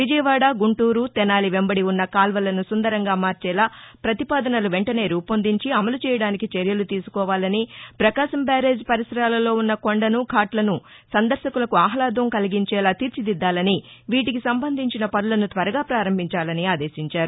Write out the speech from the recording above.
విజయవాడ గుంటూరు తెనాలి వెంబడి ఉన్న కాల్వలను సుందరంగా మార్చేలా ప్రతిపాదనలు వెంటనే రూపొందించి అమలు చేయడానికి చర్యలు తీసుకోవాలని ప్రకాశం బ్యారేజీ పరిసరాలలో ఉన్న కొండను ఘాట్లను సందర్భకులకు ఆహ్లాదం ఆనందం కలిగించేలా తీర్చిదిద్దాలని వీటికి సంబంధించిన పనులను త్వరగా పారంభించాలని ఆదేశించారు